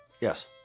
yes